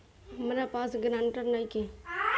हमरा पास ग्रांटर नइखे?